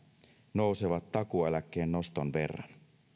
nousevat takuueläkkeen noston verran